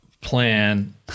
plan